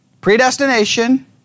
predestination